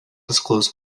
disclose